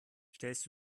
stellst